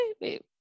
Wait